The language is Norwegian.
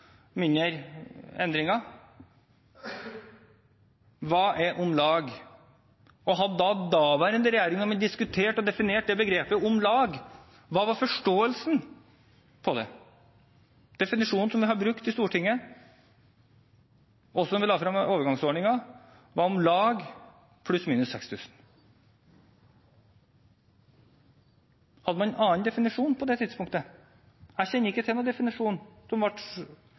Hva er «om lag»? Hadde daværende regjering diskutert og definert begrepet «om lag», hva var forståelsen av det? Definisjonen som vi har brukt i Stortinget, også da vi la frem overgangsordningen, var «om lag» pluss/minus 6 000 kr. Hadde man en annen definisjon på det tidspunktet? Jeg kjenner ikke til noen definisjon som ble